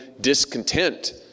discontent